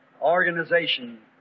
organization